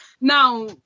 now